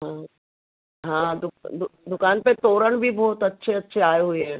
हाँ हाँ दुक दुक दुकान पर तोरण भी बहुत अच्छे अच्छे आए हुए हें